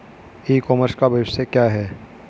ई commerce का भविष्य क्या है?